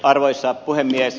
arvoisa puhemies